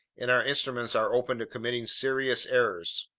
and our instruments are open to committing serious errors.